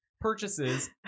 purchases